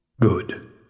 Good